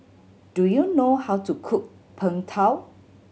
do you know how to cook Png Tao